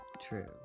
True